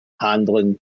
handling